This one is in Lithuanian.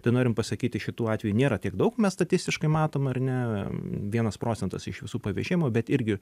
tai norim pasakyti šitų atvejų nėra tiek daug mes statistiškai matom ar ne vienas procentas iš visų pavežėjimų bet irgi